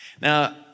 Now